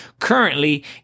currently